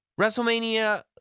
WrestleMania